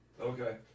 Okay